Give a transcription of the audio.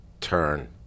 turn